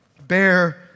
bear